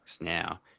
now